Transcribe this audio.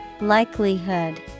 Likelihood